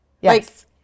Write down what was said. yes